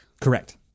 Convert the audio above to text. Correct